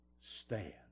stand